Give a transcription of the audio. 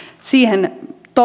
siihen